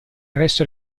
resto